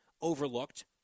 overlooked